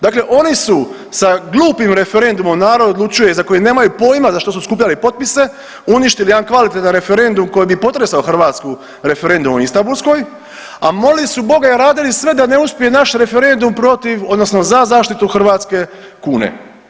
Dakle oni su sa glupim referendumom Narod odlučuje za koji nemaju pojma za što su skupljali potpise, uništili jedan kvalitetan referendum koji bi potresao hrvatsku referendum o Istambulskoj, a molili su Boga i radili sve da ne uspije naš referendum protiv, odnosno za zaštitu hrvatske kune.